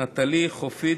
נטלי, חופית